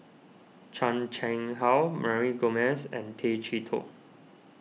Chan Chang How Mary Gomes and Tay Chee Toh